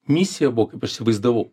misija buvo kaip aš įsivaizdavau